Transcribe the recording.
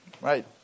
Right